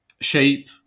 shape